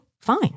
fine